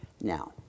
Now